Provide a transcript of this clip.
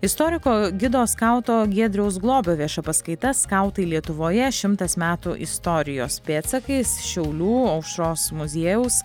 istoriko gido skauto giedriaus globio vieša paskaita skautai lietuvoje šimtas metų istorijos pėdsakais šiaulių aušros muziejaus